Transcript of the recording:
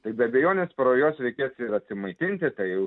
tai be abejonės po rujos reikės ir atsimaitinti tai jau